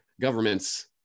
governments